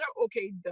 Okay